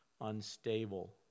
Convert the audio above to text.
unstable